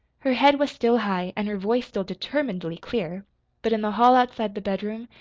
her head was still high, and her voice still determinedly clear but in the hall outside the bedroom,